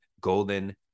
Golden